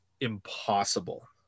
impossible